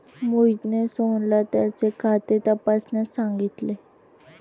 मोहितने सोहनला त्याचे खाते तपासण्यास सांगितले